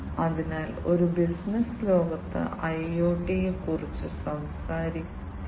ഈ UPM MRAA ഒരുമിച്ച് വ്യവസായ ഗ്രേഡ് സെൻസിംഗിനെ പിന്തുണയ്ക്കാൻ സഹായിക്കുന്നു